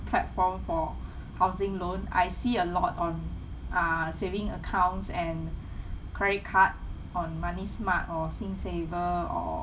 platform for housing loan I see a lot on uh saving accounts and credit card on money smart or singsaver or